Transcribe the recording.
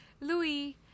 louis